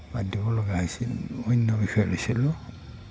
বাদ লগা হৈছিল অন্য বিষয় লৈছিলোঁ